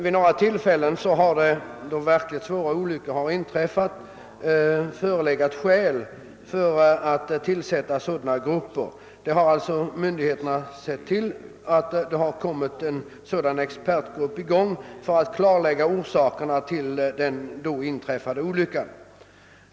I några fall då verkligt svåra olyckor inträffat har myndigheterna tillsatt expertgrupper för att försöka reda ut orsakerna till olyckan.